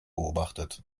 beobachtet